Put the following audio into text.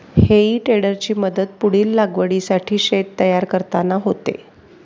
हेई टेडरची मदत पुढील लागवडीसाठी शेत तयार करताना होते